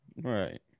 Right